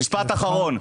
משפט אחרון.